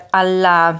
alla